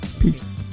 Peace